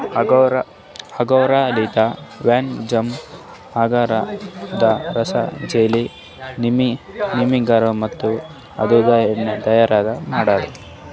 ಅಂಗೂರ್ ಲಿಂತ wine, jam, ಅಂಗೂರದ ರಸ, ಜೆಲ್ಲಿ, ವಿನೆಗರ್ ಮತ್ತ ಅದುರ್ದು ಎಣ್ಣಿ ತೈಯಾರ್ ಮಾಡ್ತಾರ